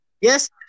Yes